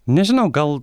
nežinau gal